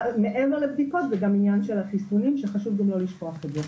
מעבר לבדיקות זה גם עניין של החיסונים שחשוב גם לא לשכוח את זה.